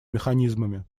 механизмами